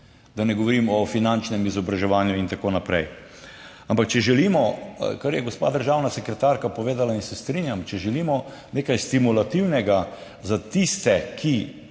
da ne govorim o finančnem izobraževanju in tako naprej. Ampak, če želimo, kar je gospa državna sekretarka povedala, in se strinjam, če želimo nekaj stimulativnega za tiste, ki